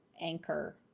anchor